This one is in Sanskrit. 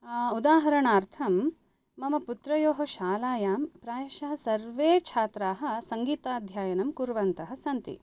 उदाहरणार्थं मम पुत्रयोः शालायां प्रायशः सर्वे छात्राः सङ्गीताध्ययनं कुर्वन्तः सन्ति